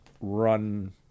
run